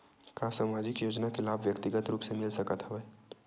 का सामाजिक योजना के लाभ व्यक्तिगत रूप ले मिल सकत हवय?